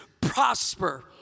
prosper